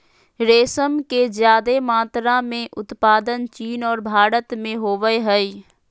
रेशम के ज्यादे मात्रा में उत्पादन चीन और भारत में होबय हइ